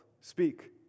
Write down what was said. Speak